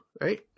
right